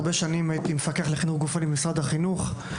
הרבה שנים הייתי מפקח חינוך גופני במשרד החינוך.